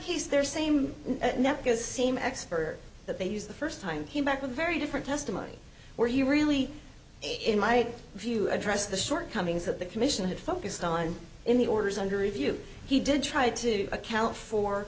case there same goes same expert that they use the first time came back with a very different testimony where you really in my view addressed the shortcomings that the commission had focused on in the orders under review he did try to account for